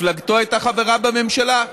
מפלגתו הייתה חברה בממשלה.